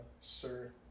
Sir